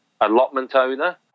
AllotmentOwner